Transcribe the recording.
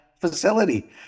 facility